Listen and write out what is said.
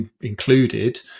included